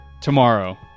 tomorrow